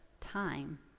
time